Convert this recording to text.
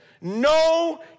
no